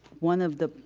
one of the